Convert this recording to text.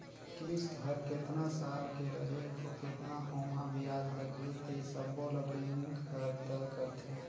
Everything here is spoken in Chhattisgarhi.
किस्त हर केतना साल के रही अउ केतना ओमहा बियाज लगही ते सबो ल बेंक हर तय करथे